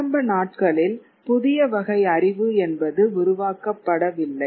ஆரம்ப நாட்களில் புதிய வகை அறிவு என்பது உருவாக்கப்படவில்லை